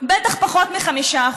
בטח פחות מ-5%.